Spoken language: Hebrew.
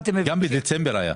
גם בדצמבר הייתה.